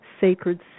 sacred